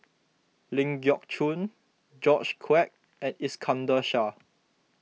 Ling Geok Choon George Quek and Iskandar Shah